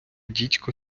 дідько